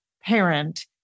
parent